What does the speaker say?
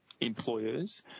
employers